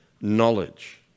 knowledge